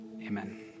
Amen